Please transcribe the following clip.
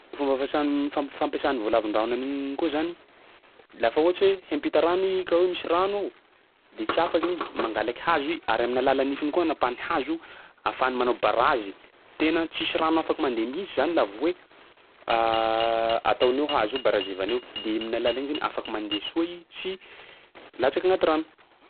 Fomba fiasan- famp- fampiasan'ny voalavon-drano an'igny koa zany, lafa ohatsy hoe hiampita rano i ka hoe misy rano eo, de tsy afakiny igny, mangalaky hazo i ary amin'ny alalan'ny nifiny koa anapahany hazo ahafahany manao barazy. Tena tsisy rano afaky mandèha mihitsy zany laha vao hoe ataony eo hazo io, barazevany eo. De amin'ny alalan'iny zany afaky mandeha soa i tsy latsaky agnaty rano.